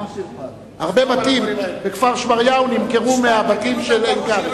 הרבה בתים בכפר-שמריהו נמכרו מהבתים שבעין-כרם.